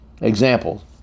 Examples